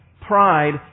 pride